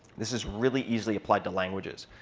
this is really easily applied to languages.